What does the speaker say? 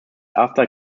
after